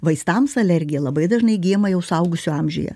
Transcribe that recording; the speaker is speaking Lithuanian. vaistams alergija labai dažnai įgyjama jau suaugusių amžiuje